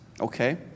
Okay